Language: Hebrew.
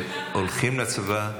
הם הולכים לצבא,